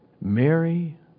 Mary